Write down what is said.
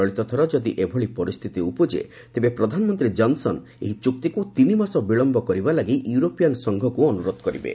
ଚଳିତ ଥର ଯଦି ଏଭଳି ପରିସ୍ଥିତି ଉପୁଜେ ତେବେ ପ୍ରଧାନମନ୍ତ୍ରୀ ଜନ୍ସନ୍ ଏହି ଚୁକ୍ତିକୁ ତିନିମାସ ବିଳମ୍ପ କରିବା ଲାଗି ୟୁରୋପିୟାନ୍ ସଂଘକୁ ଅନୁରୋଧ କରିବେ